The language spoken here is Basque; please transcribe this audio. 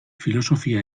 filosofia